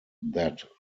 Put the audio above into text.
that